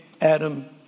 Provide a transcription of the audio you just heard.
Adam